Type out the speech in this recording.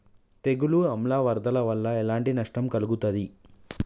తెగులు ఆమ్ల వరదల వల్ల ఎలాంటి నష్టం కలుగుతది?